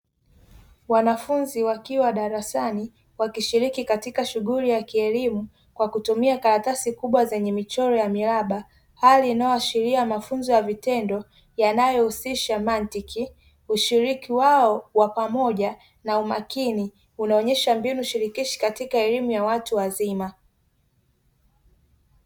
Wanafunzi wakiwa darasani wakishiriki katika shughuli ya kielimu kwa kutumia karatasi kubwa zenye michoro ya miraba, hali inayoashiria mafunzo ya vitendo yanayohusisha matinki ushiriki wao wa pamoja na umakini unaonyesha mbinu shirikishi katika elimu ya watu wazima.